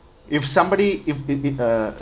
if somebody if if if uh